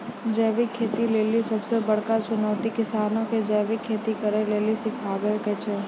जैविक खेती लेली सबसे बड़का चुनौती किसानो के जैविक खेती करे के लेली सिखाबै के छै